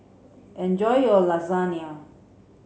enjoy your Lasagna